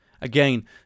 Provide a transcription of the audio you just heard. Again